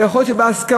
ויכול להיות שבהסכמתם,